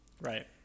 Right